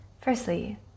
Firstly